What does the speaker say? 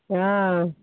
हँ